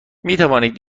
میتوانید